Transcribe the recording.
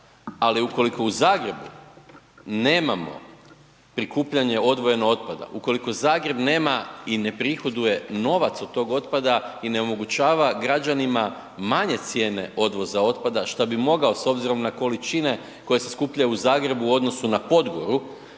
ali ukoliko u Zagrebu nemamo prikupljanje odvojenog otpada, ukoliko Zagreb nema i ne prihoduje novac od tog otpada i ne omogućava građanima manje cijene odvoza otpada šta bi mogao s obzirom na količine koje se skupljaju u Zagrebu o odnosu na Podgoru,